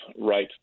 right